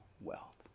wealth